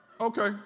okay